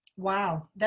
Wow